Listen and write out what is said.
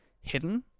hidden